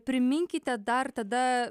priminkite dar tada